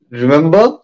remember